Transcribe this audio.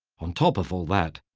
on top of all that,